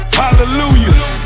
hallelujah